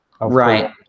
Right